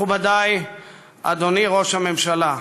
מכובדי אדוני ראש הממשלה,